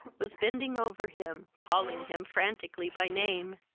was bending over him, calling him frantically by name.